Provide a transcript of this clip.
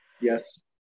Yes